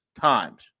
times